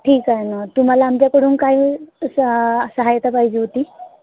ठीक आहे नां तुम्हाला आमच्याकडून काही सा सहायता पाहिजे होती